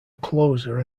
closer